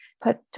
put